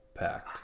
pack